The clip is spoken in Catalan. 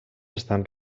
estan